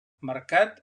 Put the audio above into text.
marcat